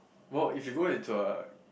well if you go into a